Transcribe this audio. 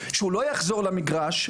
שהוא לא יחזור למגרש,